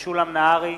משולם נהרי,